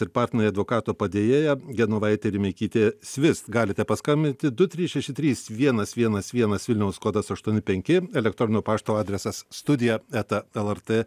ir partneriai advokato padėjėja genovaitė rimeikytė svist galite paskambinti du trys šeši trys vienas vienas vienas vilniaus kodas aštuoni penki elektroninio pašto adresas studija eta lrt